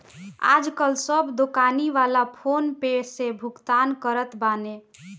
आजकाल सब दोकानी वाला फ़ोन पे से भुगतान करत बाने